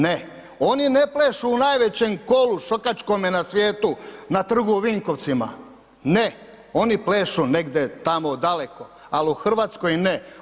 Ne, oni ne plešu u najvećem kolu šokačkome na svijetu na trgu u Vinkovcima, ne, oni plešu negdje tamo daleko, al' u Hrvatskoj ne.